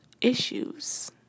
issues